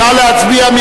נא להצביע.